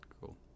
Cool